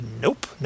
nope